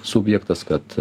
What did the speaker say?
subjektas kad